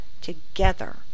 together